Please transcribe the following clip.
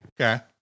Okay